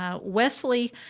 Wesley